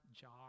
jar